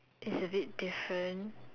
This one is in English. is a bit different